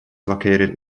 located